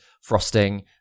frosting